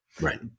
right